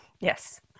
yes